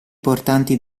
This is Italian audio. portanti